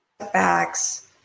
setbacks